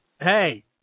Hey